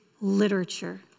literature